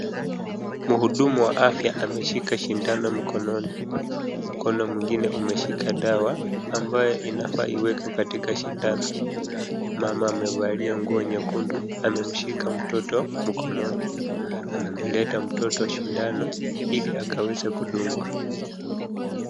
Mhudumu wa afya ameshika shindano mkononi, mkono mwingine umeshika dawa, ambayo inafaa iwekwe katika shindano. Mama amevalia nguo nyekundu, amemshika mtoto mkononi. Amemleta mtoto shindano, ili akaweze kudungwa.